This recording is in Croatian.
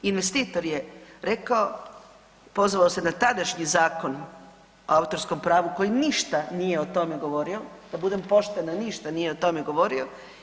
Investitora je rekao, pozvao se na tadašnji Zakon o autorskom pravu koji ništa nije o tome govorio, da budem poštena ništa nije o tome govorio.